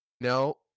no